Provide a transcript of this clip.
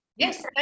Yes